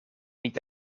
niet